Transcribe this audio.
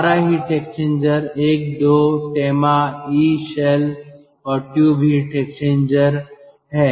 हमारा heat exchanger 1 2 TEMA E shell और tube heat exchanger है